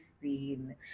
seen